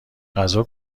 غذا